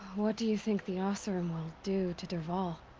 what do you think the oseram will do to dervahl?